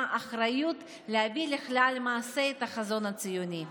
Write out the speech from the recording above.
אחריות להביא לכלל מעשה את החזון הציוני.